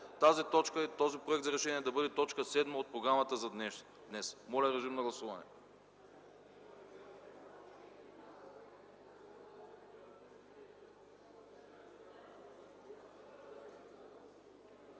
тази точка и този Проект за решение да бъде т. 7 от програмата за днес. Моля, гласувайте.